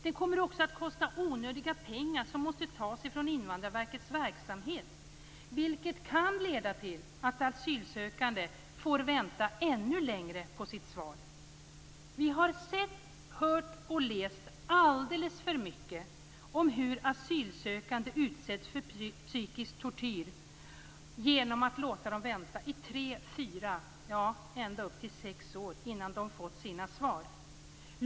Den kommer också att kosta onödiga pengar som måste tas från Invandrarverkets verksamhet vilket kan leda till att asylsökande får vänta ännu längre på sitt svar. Vi har sett, hört och läst alldeles för mycket om hur asylsökande utsätts för psykisk tortyr genom att man låter dem vänta i tre, fyra och ända upp till sex år innan de får sina svar.